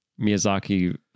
Miyazaki